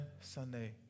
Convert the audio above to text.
Sunday